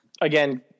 again